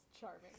charming